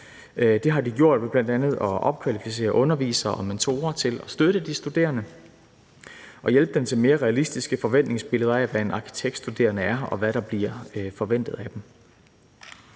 Det har de gjort ved bl.a. at opkvalificere undervisere og mentorer til at støtte de studerende og hjælpe dem til mere realistiske forventningsbilleder af, hvad en arkitektstuderende er, og hvad der bliver forventet af dem.